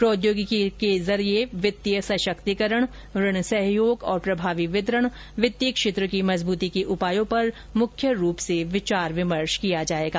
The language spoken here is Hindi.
प्रौद्योगिकी के जरिये वित्तीय सशक्तिकरण ऋण सहयोग और प्रभावी वितरण वित्तीय क्षेत्र की मजबूती के उपायों पर मुख्य रूप से विचार विमर्श होगा